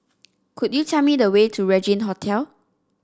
could you tell me the way to Regin Hotel